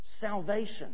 Salvation